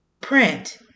print